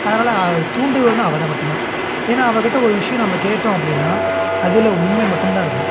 அதனால் தூண்டுகோல்னால் அவள் தான் மட்டும் தான் ஏன்னா அவக்கிட்ட ஒரு விஷயம் நம்ம கேட்டோம் அப்படின்னா அதில் உண்மை மட்டும் தான் இருக்கும்